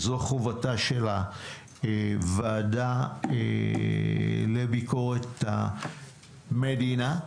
זו חובתה של הוועדה לביקורת המדינה.